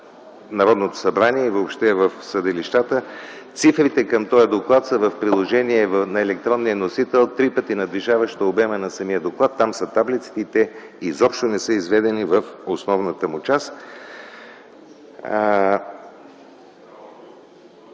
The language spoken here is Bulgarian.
Народното събрание и въобще в съдилищата. Цифрите към този доклад са в приложение на електронния носител, три пъти надвишаващо обема на самия доклад. Там са таблиците и те изобщо не са изведени в основната му част.